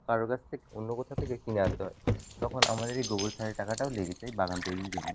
কারোর কাজ থেকে অন্য কোথাও থেকে কিনে আনতে হয় তখন আমাদের এই গোবর সারের টাকাটাও লেগে যায় বাগান তৈরির জন্য